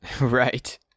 Right